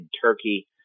Turkey